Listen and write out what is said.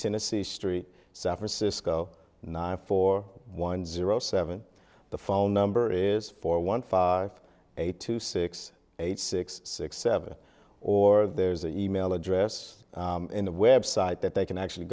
tennessee street san francisco nine four one zero seven the phone number is four one five eight two six eight six six seven or there's the e mail address in the website that they can actually